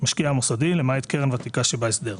"משקיע מוסדי" למעט קרן ותיקה שבהסדר.